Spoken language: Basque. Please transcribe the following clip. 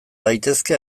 daitezke